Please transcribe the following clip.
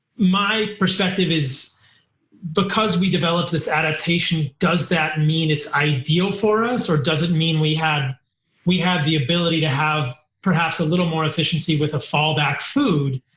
my perspective is because we developed this adaptation, does that mean it's ideal for us or does it mean we had we had the ability to have perhaps a little more efficiency with a fallback food.